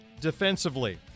defensively